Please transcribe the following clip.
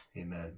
Amen